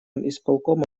исполкома